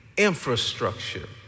infrastructure